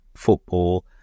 football